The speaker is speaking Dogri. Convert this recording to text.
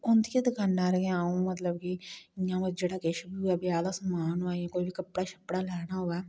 उंदी ऐ दकाने उपर अऊं मतलब कि इयां मतलब जेहड़ा किश बी होऐ ब्याह दा समान होऐ जां कोई बी कपड़ा शपडा़ा लैना होऐ ते